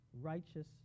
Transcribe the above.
righteous